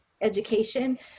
education